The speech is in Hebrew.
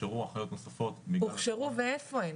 הוכשרו אחיות נוספות --- הוכשרו ואיפה הן?